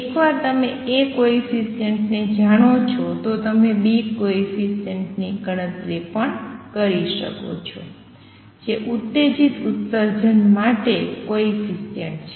એકવાર તમે A કોએફિસિએંટને જાણો છો તો તમે B કોએફિસિએંટની પણ ગણતરી કરી શકો છો જે ઉત્તેજિત ઉત્સર્જન માટે કોએફિસિએંટ છે